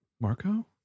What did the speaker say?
marco